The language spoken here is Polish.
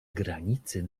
granicy